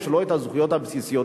יש לו הזכויות הבסיסיות.